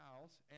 house